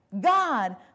God